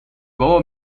بابا